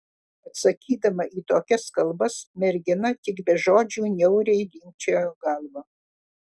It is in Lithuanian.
atsakydama į tokias kalbas mergina tik be žodžių niauriai linkčiojo galvą